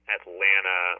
Atlanta